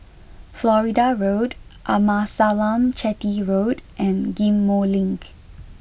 Florida Road Amasalam Chetty Road and Ghim Moh Link